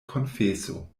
konfeso